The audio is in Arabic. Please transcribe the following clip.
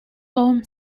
توم